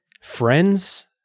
friends